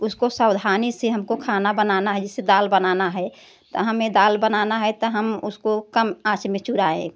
उसको सवधानी से हमको खाना बनाना है जैसे दाल बनाना है त हमें दाल बनाना है त हम उसको काम आँच में चुड़ाए